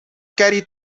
carry